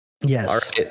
Yes